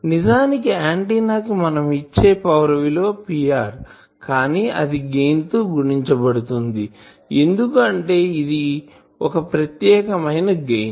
నిజానికి ఆంటిన్నా కి మనం ఇచ్చే పవర్ విలువ Pr కానీ అది గెయిన్ తో గుణించబడుతుంది ఎందుకు అంటే ఇది ఒక ప్రత్యేకమైన గెయిన్